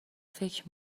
فکر